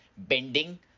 bending